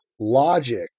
logic